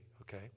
okay